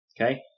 Okay